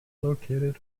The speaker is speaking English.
located